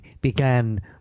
began